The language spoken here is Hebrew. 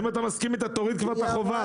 אם אתה מסכים איתה אז תוריד כבר את החובה.